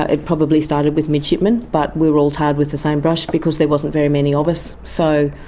it probably started with midshipmen, but we were all tarred with the same brush because there wasn't very many of us. so,